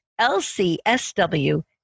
LCSW